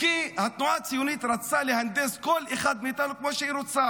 כי התנועה הציונית רצתה להנדס כל אחד מאיתנו כמו שהיא רצתה.